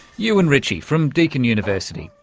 euan ritchie from deakin university,